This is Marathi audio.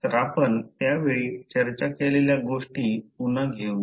तर आपण त्या वेळी चर्चा केलेल्या गोष्टी पुन्हा घेऊया